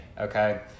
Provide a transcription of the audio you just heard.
Okay